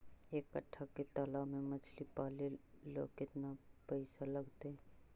एक कट्ठा के तालाब में मछली पाले ल केतना पैसा लगतै?